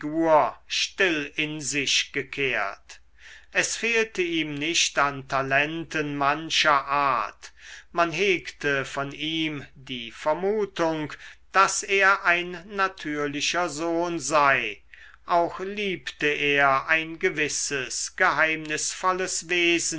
still in sich gekehrt es fehlte ihm nicht an talenten mancher art man hegte von ihm die vermutung daß er ein natürlicher sohn sei auch liebte er ein gewisses geheimnisvolles wesen